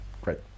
great